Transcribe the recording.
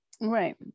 right